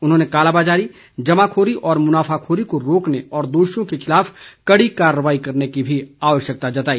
उन्होंने कालाबाजारी जमाखोरी और मुनाफाखोरी को रोकने और दोषियों के खिलाफ कड़ी कार्रवाई करने की भी आवश्यकता जताई